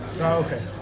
Okay